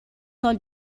سال